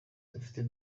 dufite